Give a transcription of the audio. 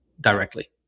directly